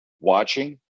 watching